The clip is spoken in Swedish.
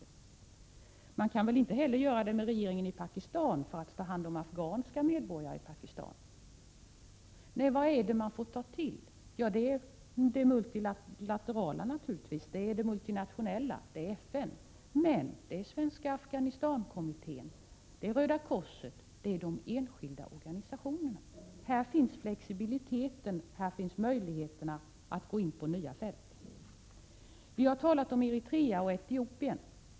Och man kan väl inte heller göra det med regeringen i Pakistan, för att ta hand om afghanska medborgare i Pakistan. Vad är det man får ta till? Jo, det är naturligtvis det multilaterala och det multinationella. Det är FN, men det är också Svenska Afghanistankommittén, Röda korset, de enskilda organisationerna. Här finns flexibiliteten och möjligheten att gå in på nya fält. Vi har talat om Eritrea och Etiopien.